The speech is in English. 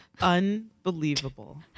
Unbelievable